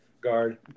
guard